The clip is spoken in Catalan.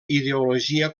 ideologia